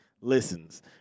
listens